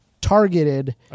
targeted